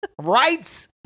Right